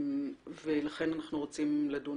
לכן, אנחנו רוצים לדון